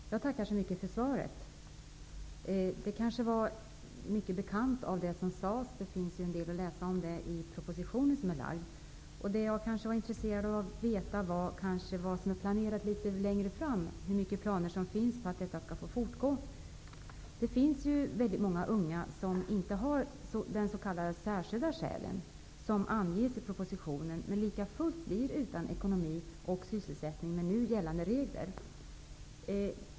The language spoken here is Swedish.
Fru talman! Jag tackar så mycket för svaret. En del av det som statsrådet sade var mycket bekant. Det finns en del att läsa om detta i den proposition som har lagts fram. Jag är intresserad av att få veta vad som har planerats längre fram. Vilka planer finns på att ungdomspraktiken skall få fortgå? Det finns många unga som inte har de s.k. särskilda skälen som anges i propositionen, men likafullt med nuvarande regler blir utan sysselsättning och därmed får dålig ekonomi.